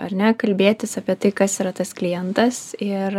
ar ne kalbėtis apie tai kas yra tas klientas ir